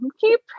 keep